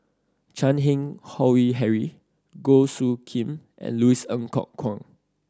Chan Keng Howe Harry Goh Soo Khim and Louis Ng Kok Kwang